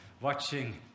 watching